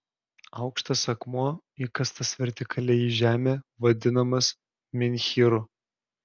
aukštas akmuo įkastas vertikaliai į žemę vadinamas menhyru